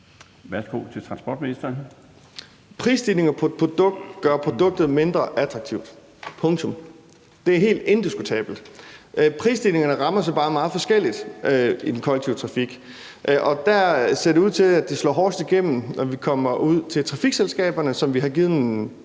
Prisstigninger på et produkt gør produktet mindre attraktivt – punktum. Det er helt indiskutabelt. Prisstigningerne rammer så bare meget forskelligt i den kollektive trafik, og der ser det ud til, at det slår hårdest igennem, når vi kommer ud til trafikselskaberne, som vi har givet nogle